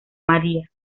maría